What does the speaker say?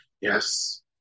yes